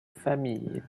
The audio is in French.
famille